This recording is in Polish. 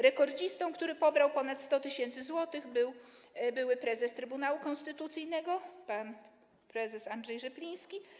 Rekordzistą, który pobrał ponad 100 tys. zł, był były prezes Trybunału Konstytucyjnego pan prezes Andrzej Rzepliński.